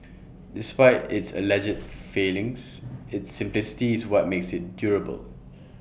despite its alleged failings its simplicity is what makes IT durable